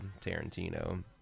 Tarantino